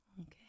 Okay